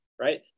right